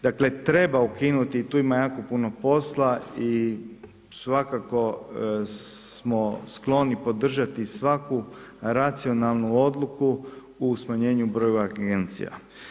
Dakle, treba ukinuti tu ima jako puno posla i svakako smo skloni podržati svaku racionalnu odluku u smanjenju broja agencija.